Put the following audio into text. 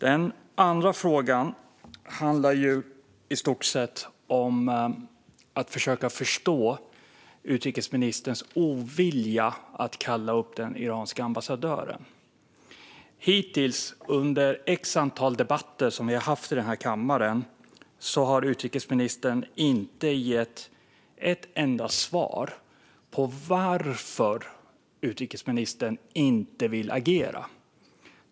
Den andra frågan handlar i stort sett om att försöka förstå utrikesministerns ovilja att kalla upp den iranske ambassadören. Hittills, under ett visst antal debatter som vi har haft i denna kammare, har utrikesministern inte gett ett enda svar på varför han inte vill agera.